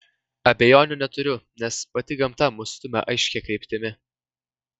abejonių neturiu nes pati gamta mus stumia aiškia kryptimi